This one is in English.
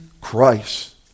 Christ